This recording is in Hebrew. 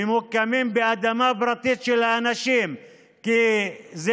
ממוקמים באדמה פרטית של האנשים כי זה